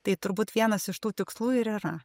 tai turbūt vienas iš tų tikslų ir yra